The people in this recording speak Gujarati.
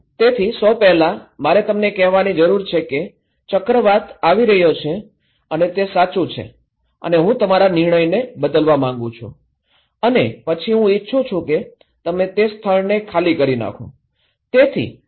તેથી સૌ પહેલા મારે તમને કહેવાની જરૂર છે કે ચક્રવાત આવી રહ્યો છે અને તે સાચું છે અને હું તમારા નિર્ણયને બદલવા માંગુ છું અને પછી હું ઇચ્છું છું કે તમે તે સ્થળને ખાલી કરી નાખો